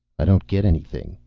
i don't get anything.